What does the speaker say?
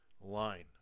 line